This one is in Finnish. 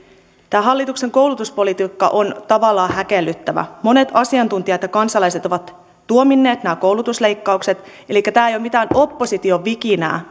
tämä hallituksen koulutuspolitiikka on tavallaan häkellyttävä monet asiantuntijat ja kansalaiset ovat tuominneet nämä koulutusleikkaukset elikkä tämä ei ole mitään opposition vikinää